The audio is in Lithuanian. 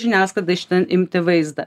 žiniasklaida iš ten imti vaizdą